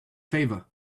favor